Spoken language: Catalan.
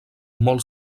molt